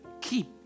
Keep